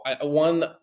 one